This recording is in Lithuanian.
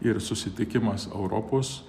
ir susitikimas europos